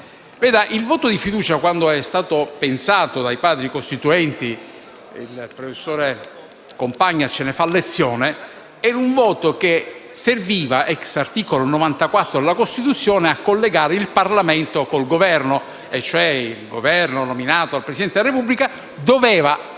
il voto di fiducia è stato pensato dai Padri costituenti - e il professor Compagna ce ne fa lezione - esso serviva, ai sensi dell'articolo 94 della Costituzione, a collegare il Parlamento con il Governo. Il Governo, nominato dal Presidente della Repubblica, doveva,